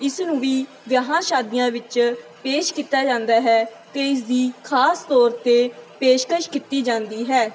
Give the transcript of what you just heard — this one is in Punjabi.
ਇਸ ਨੂੰ ਵੀ ਵਿਆਹਾਂ ਸ਼ਾਦੀਆਂ ਵਿੱਚ ਪੇਸ਼ ਕੀਤਾ ਜਾਂਦਾ ਹੈ ਅਤੇ ਇਸ ਦੀ ਖਾਸ ਤੌਰ 'ਤੇ ਪੇਸ਼ਕਸ਼ ਕੀਤੀ ਜਾਂਦੀ ਹੈ